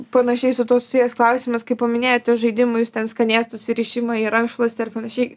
panašiai su tuo susijęs klausimas kai paminėjote žaidimus ten skanėstus rišimą į rankšluostį ar panašiai